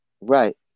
Right